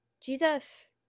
Jesus